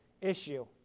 issue